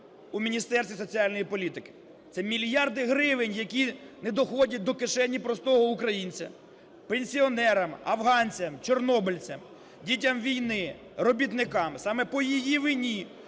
у Міністерстві соціальної політики. Це мільярди гривень, які не доходять до кишені простого українця: пенсіонерам, афганцям, чорнобильцям, дітям війни, робітникам. Саме по її вині